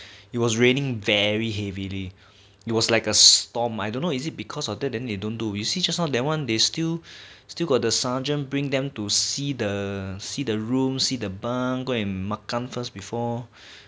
it was raining very heavily it was like a storm I don't know is it because of that then they don't do you see just now that one they still still got the sergeant bring them to see the see the room see the bunk go and makan first before